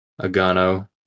Agano